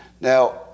Now